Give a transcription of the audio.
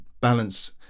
balance